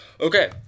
Okay